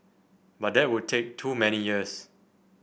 but that would take too many years